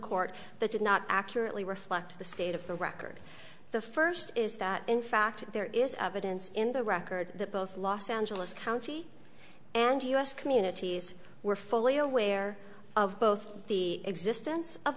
court that did not accurately reflect the state of the record the first is that in fact there is evidence in the record that both los angeles county and u s communities were fully aware of both the existence of